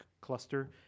cluster